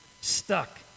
Stuck